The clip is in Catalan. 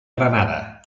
granada